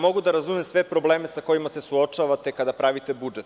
Mogu da razumem sve probleme sa kojima se suočavate kada pravite budžet.